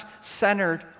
centered